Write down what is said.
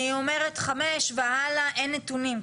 אני אומרת 5 והלאה אין נתונים.